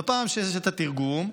וכשיש את התרגום,